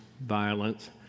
violence